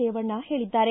ರೇವಣ್ಣ ಹೇಳಿದ್ದಾರೆ